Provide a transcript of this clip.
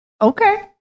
okay